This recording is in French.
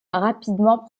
rapidement